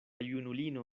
junulino